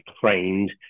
trained